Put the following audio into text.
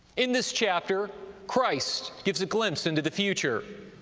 in this chapter christ gives a glimpse into the future,